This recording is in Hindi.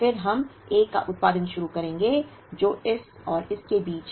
फिर हम A का उत्पादन शुरू करेंगे जो इस और इसके बीच है